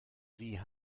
wie